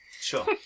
Sure